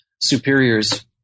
superiors